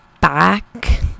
back